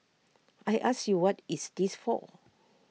I ask you what is this for